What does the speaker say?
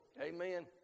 Amen